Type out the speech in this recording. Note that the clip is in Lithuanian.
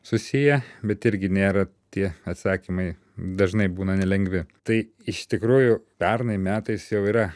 susiję bet irgi nėra tie atsakymai dažnai būna nelengvi tai iš tikrųjų pernai metais jau yra